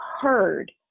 heard